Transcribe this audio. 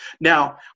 Now